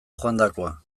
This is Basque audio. joandakoa